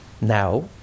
Now